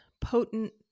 potent